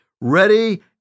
ready